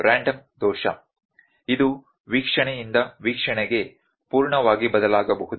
random ದೋಷ ಇದು ವೀಕ್ಷಣೆಯಿಂದ ವೀಕ್ಷಣೆಗೆ ಪೂರ್ಣವಾಗಿ ಬದಲಾಗಬಹುದು